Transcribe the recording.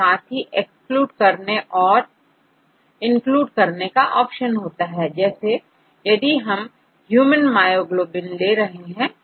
साथ ही एक्सक्लूड करने और इनक्लूड करने का ऑप्शन रहता है जैसे यदि हम ह्यूमन मायोग्लोबिन ले रहे हैं